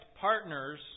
partners